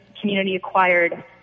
community-acquired